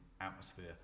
atmosphere